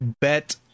bet